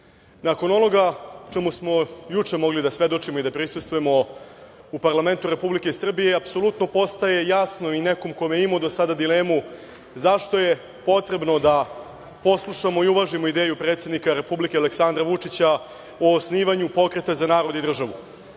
nakon onoga o čemu smo juče mogli da svedočimo i da prisustvujemo u parlamentu Republike Srbije apsolutno postaje jasno i nekom koje imao do sada dilemu zašto je potrebno da poslušamo i uvažimo ideju predsednika Republike Aleksandra Vučića o osnivanju pokreta za narod i državu. Juče